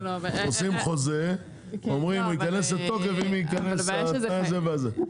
עושים חוזה ואומרים שהוא ייכנס לתוקף אם ייכנס התנאי הזה והזה.